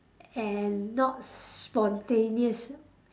and not spontaneous